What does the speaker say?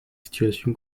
situation